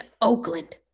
Oakland